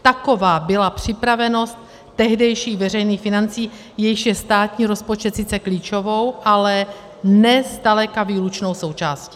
Taková byla připravenost tehdejších veřejných financí, jejichž je státní rozpočet sice klíčovou, ale ne zdaleka výlučnou součástí.